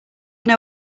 know